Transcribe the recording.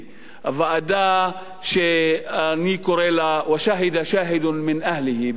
הוועדה שאני קורא לה "ושהד שאהד מן אהלה" בערבית,